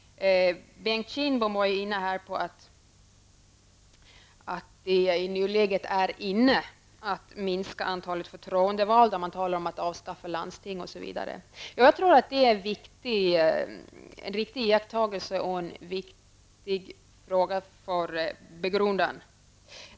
Bengt Kindbom nämnde här att det är inne att i nuläget minska antalet förtroendevalda. Man talar om att avskaffa landsting osv. Jag tror att det är en riktig iakttagelse och en viktig fråga att begrunda.